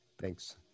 thanks